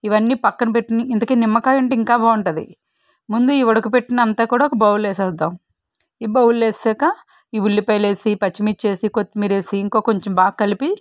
ఇవన్నీ పక్కన పెట్టుకుని ఇంతకీ నిమ్మకాయుంటే ఇంకా బాగుంటుంది ముందు ఈ ఉడకబెట్టినంతా కూడా ఒక బౌల్లో వేసేద్దాం ఈ బౌల్లో వేసాక ఈ ఉల్లిపాయలేసి పచ్చిమిర్చేసి కొత్తిమీరేసి ఇంకా కొంచెం బాగా కలిపి